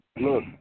Look